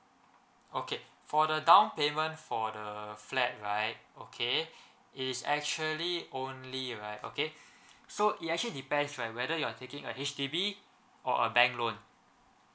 okay for the down payment for the flat right okay is actually only right okay so it actually depends on whether you are taking a H_D_B or a bank loan